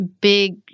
big